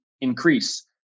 increase